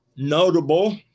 Notable